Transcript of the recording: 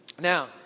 Now